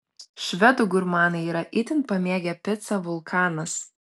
švedų gurmanai yra itin pamėgę picą vulkanas